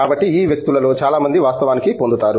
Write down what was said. కాబట్టి ఈ వ్యక్తులలో చాలామంది వాస్తవానికి పొందుతారు